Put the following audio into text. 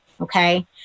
okay